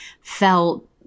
felt